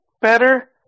better